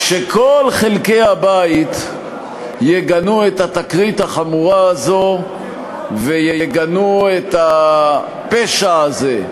שכל חלקי הבית יגנו את התקרית החמורה הזאת ויגנו את הפשע הזה,